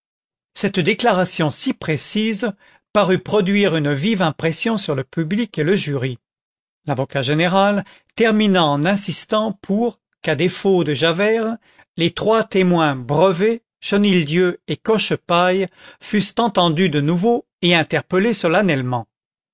cette déclaration si précise parut produire une vive impression sur le public et le jury l'avocat général termina en insistant pour qu'à défaut de javert les trois témoins brevet chenildieu et cochepaille fussent entendus de nouveau et interpellés solennellement